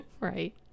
Right